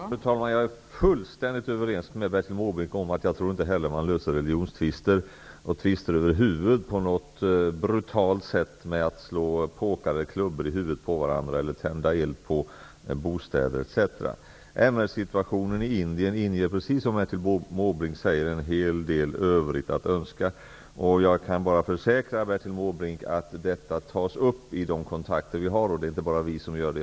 Fru talman! Jag är fullständigt överens med Bertil Måbrink om att religionstvister inte skall lösas genom att man på ett brutalt sätt slår påkar och klubbor i huvudet på varandra eller tänder eld på bostäder osv. MR-situationen i Indien inger, precis som Bertil Måbrink säger, en hel del övrigt att önska. Jag kan försäkra Bertil Måbrink att detta tas upp i de kontakter vi har med landet. Det är inte bara vi som gör det.